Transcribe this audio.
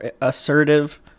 assertive